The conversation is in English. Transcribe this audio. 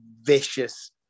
vicious